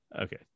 okay